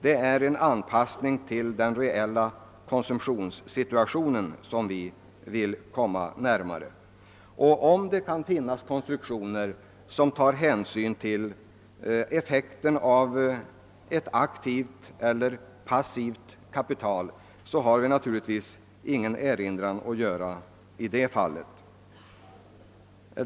Det är en anpassning till den reella konsumtionssituationen som vi vill försöka komma närmare. Om det skulle finnas konstruktioner som tar hänsyn till skillnaden mellan ett aktivt och ett passivt kapital, har vi naturligtvis ingen erinran att göra i det fallet.